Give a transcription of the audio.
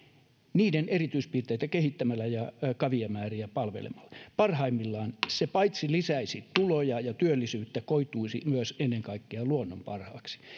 niiden erityispiirteitä kehittämällä ja kävijämääriä palvelemalla parhaimmillaan se paitsi lisäisi tuloja ja työllisyyttä myös koituisi ennen kaikkea luonnon parhaaksi